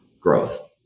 growth